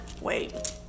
Wait